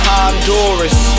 Honduras